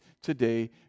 today